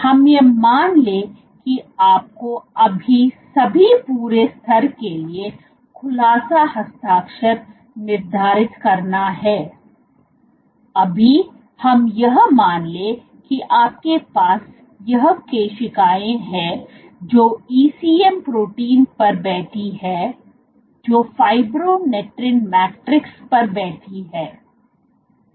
हम यह मान ले कि आपको अभी सभी पूरे स्तर के लिए खुलासा हस्ताक्षर निर्धारित करना है अभी हम यह मान ले कि आपके पास यह कोशिकाएं है जो ईसीएम प्रोटीन पर बैठी है जो फाइब्रोनेक्टिन मेट्रिक्स पर बैठी है